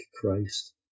Christ